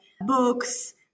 books